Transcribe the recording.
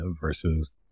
versus